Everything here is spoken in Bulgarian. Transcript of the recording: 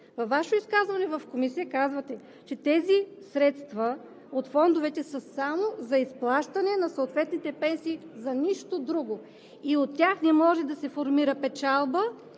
Във Ваше изказване в Комисията казвате, че тези средства от фондовете са само за изплащане на съответните пенсии и за нищо друго, и от тях не може да се формира печалба